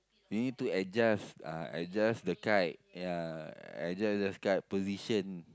you need to adjust uh adjust the kite ya adjust the kite position